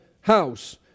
house